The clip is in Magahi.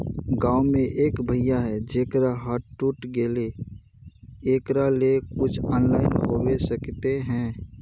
गाँव में एक भैया है जेकरा हाथ टूट गले एकरा ले कुछ ऑनलाइन होबे सकते है?